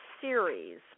series